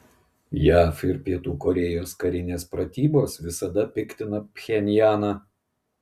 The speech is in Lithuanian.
jav ir pietų korėjos karinės pratybos visada piktina pchenjaną